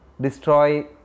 destroy